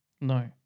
No